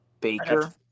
Baker